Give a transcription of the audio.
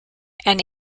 and